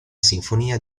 sinfonia